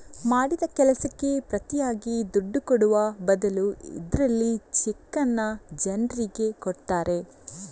ಮಾಡಿದ ಕೆಲಸಕ್ಕೆ ಪ್ರತಿಯಾಗಿ ದುಡ್ಡು ಕೊಡುವ ಬದಲು ಇದ್ರಲ್ಲಿ ಚೆಕ್ಕನ್ನ ಜನ್ರಿಗೆ ಕೊಡ್ತಾರೆ